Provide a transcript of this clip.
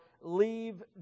leave